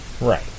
Right